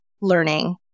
learning